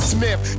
Smith